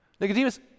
Nicodemus